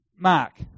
Mark